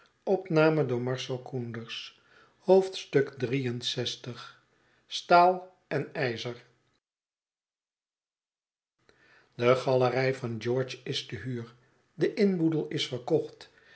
lxiii staal en ijzer de galerij van george is te huur de inboedel is verkocht